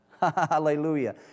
Hallelujah